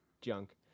junk